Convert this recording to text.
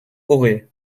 auray